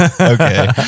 Okay